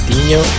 Dino